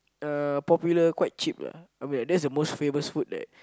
uh popular quite cheap lah I mean that's the most famous food that